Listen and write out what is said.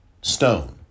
stone